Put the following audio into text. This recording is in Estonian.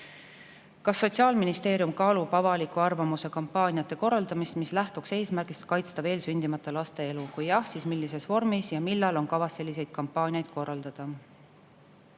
"Kas Sotsiaalministeerium kaalub avaliku arvamuse kampaaniate korraldamist, mis lähtuks eesmärgist kaitsta veel sündimata laste elu? Kui jah, siis millises vormis ja millal on kavas sellised kampaaniad korraldada?"